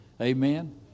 Amen